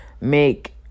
make